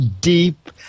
deep